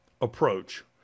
approach